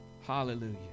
Hallelujah